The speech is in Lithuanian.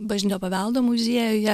bažnytinio paveldo muziejuje